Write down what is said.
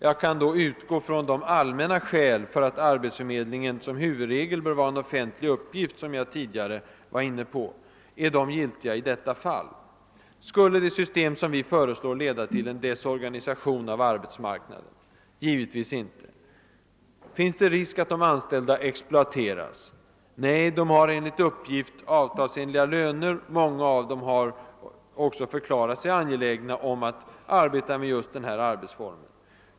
Jag kan utgå ifrån de allmänna skäl för att arbetsförmedlingen som huvudregel bör var en offentlig uppgift som jag tidigare nämnde. Är de giltiga i detta fall? Skulle det system som vi föreslår leda till en desorganisation av arbetsmarknaden? Givetvis inte. Finns det risk för att de anställda exploateras? Nej, de har enligt uppgift avtalsenliga löner, och många av dem har också förklarat sig angelägna att arbeta med just denna arbetsform.